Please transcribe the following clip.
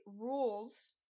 rules